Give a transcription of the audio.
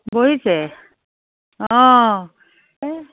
বহিছে অঁ এই